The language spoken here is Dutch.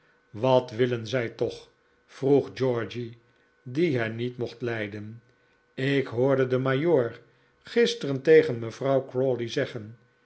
wat willen zij toch vroeg georgy die hen niet mocht lijden ik hoorde den majoor gisteren tegen mevrouw crawley zeggen